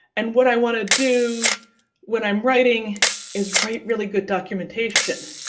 and what i want to do when i'm writing is write really good documentation,